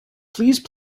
please